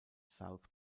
south